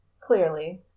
clearly